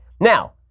Now